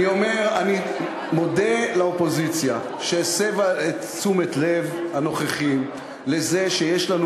אני מודה לאופוזיציה שהסבה את תשומת לב הנוכחים לזה שיש לנו,